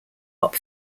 hop